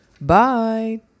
Bye